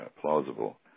plausible